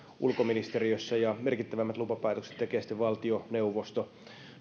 ulkoministeriössä merkittävämmät lupapäätökset tekee sitten valtioneuvosto